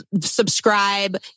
subscribe